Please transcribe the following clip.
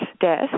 death